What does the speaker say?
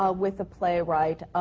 ah with a playwright.